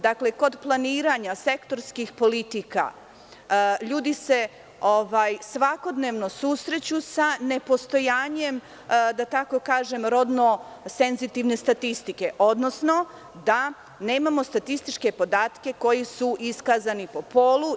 Dakle, kod planiranja sektorskih politika, ljudi se svakodnevno susreću sa nepostojanjem da tako kažem, rodnosenzitivne statistike, odnosno da nemamo statističke podatke koji su iskazani po polu.